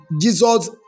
Jesus